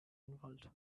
involved